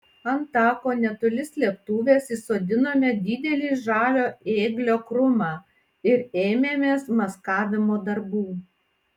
ant tako netoli slėptuvės įsodinome didelį žalio ėglio krūmą ir ėmėmės maskavimo darbų